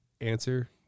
answer